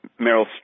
Meryl